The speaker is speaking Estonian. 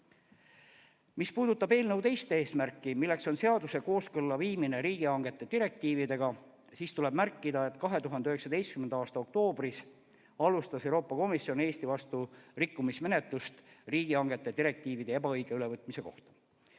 Mis puudutab eelnõu teist eesmärki, seaduse kooskõlla viimine riigihangete direktiividega, tuleb märkida, et 2019. aasta oktoobris alustas Euroopa Komisjon Eesti vastu rikkumismenetlust riigihangete direktiivide ebaõige ülevõtmise kohta.